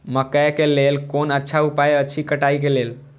मकैय के लेल कोन अच्छा उपाय अछि कटाई के लेल?